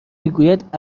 میگوید